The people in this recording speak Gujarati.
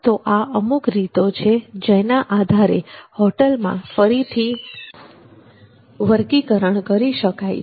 તો આ અમુક રીતો છે જેના આધારે હોટલમાં ફરીથી વર્ગીકરણ કરી શકાય છે